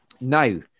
Now